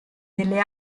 delle